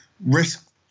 Risk